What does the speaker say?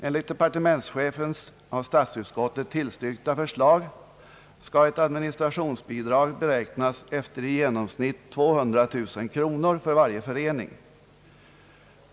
Enligt departementschefens av statsutskottet tillstyrkta förslag skall ett administrationsbidrag beräknas efter i genomsnitt 200 000 kronor för varje förening.